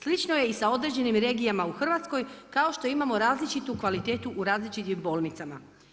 Slično je i sa određenim regijama u Hrvatskoj kao što imamo različitu kvalitetu u različitim bolnicama.